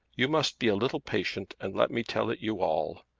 you must be a little patient and let me tell it you all.